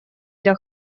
для